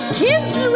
kids